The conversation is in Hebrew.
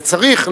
וצריך,